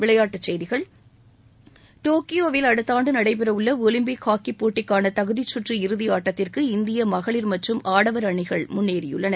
விளையாட்டுச் செய்திகள் டோக்கியாவில் அடுத்த ஆண்டு நடைபெற உள்ள ஒலிம்பிக் ஹாக்கி போட்டிக்கான தகுதிக்கற்று இறுதியாட்டத்திற்கு இந்திய மகளிர் மற்றும் ஆடவர் அணிகள் முன்னேறியுள்ளன